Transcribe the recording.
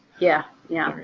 yeah yeah.